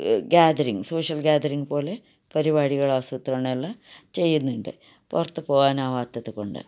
gathering social gathering പോലെ പരിപാടികൾ ആസൂത്രണമെല്ലാം ചെയ്യുന്നുണ്ട് പുറത്ത് പോകാനാവാത്തത് കൊണ്ട്